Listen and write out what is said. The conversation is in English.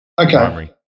Okay